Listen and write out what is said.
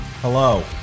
Hello